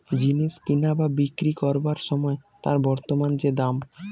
জিনিস কিনা বা বিক্রি কোরবার সময় তার বর্তমান যে দাম